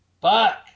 fuck